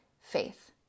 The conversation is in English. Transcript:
faith